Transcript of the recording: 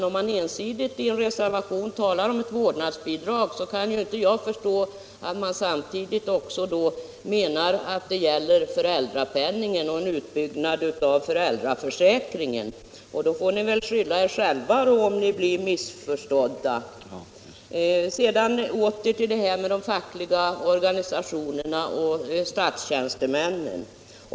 Om man ensidigt i en reservation talar om ett vårdnadsbidrag, kan inte jag förstå att man samtidigt menar att det gäller föräldrapenningen och en utbyggnad av föräldraförsäkringen. Ni får väl skylla er själva om ni blir missförstådda. Sedan åter till de fackliga organisationerna och till statstjänstemännen.